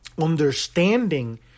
understanding